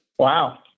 Wow